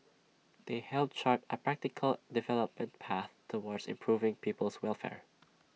they help chart A practical development path towards improving people's welfare